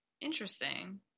Interesting